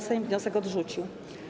Sejm wniosek odrzucił.